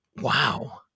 Wow